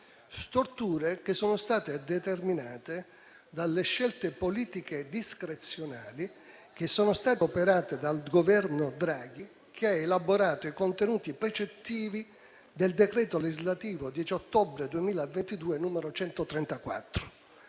storture sono state determinate dalle scelte politiche discrezionali che sono state operate dal Governo Draghi, che ha elaborato i contenuti precettivi del decreto legislativo 10 ottobre 2022, n. 150.